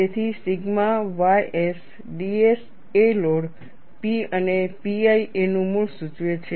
તેથી sigma ys ds એ load P અને pi a નું મૂળ સૂચવે છે